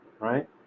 right